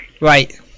Right